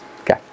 Okay